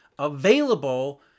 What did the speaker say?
available